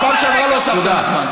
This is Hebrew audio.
גם בפעם שעברה לא הוספת לי זמן.